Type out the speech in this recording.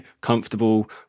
comfortable